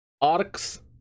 Arcs